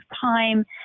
time